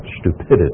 stupidity